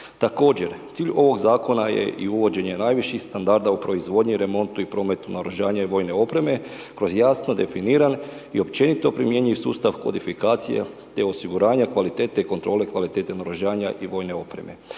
Također cilj ovog zakona je i uvođenje najviših standarda u proizvodnji, remontu i prometu naoružanja i vojne opreme kroz jasno definiran i općenito primjenjiv sustav kodifikacije te osiguranja kvalitete i kontrole kvalitete naoružanja i vojne opreme.